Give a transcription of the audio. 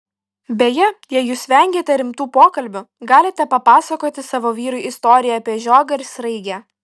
beje jei jūs vengiate rimtų pokalbių galite papasakoti savo vyrui istoriją apie žiogą ir sraigę